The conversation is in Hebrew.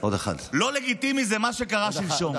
לא לגיטימי זה מה שקרה שלשום.